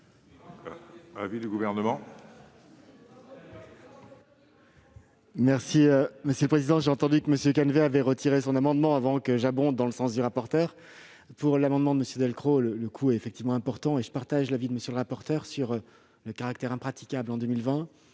l'avis du Gouvernement ?